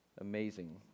amazing